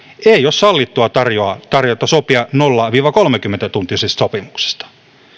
ei ole sallittua sopia nolla viiva kolmekymmentä tuntisesta sopimuksesta